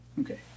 Okay